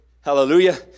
Hallelujah